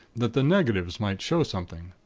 that the negatives might show something.